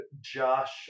Josh